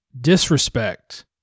disrespect